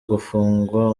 gufungwa